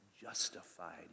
justified